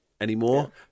Anymore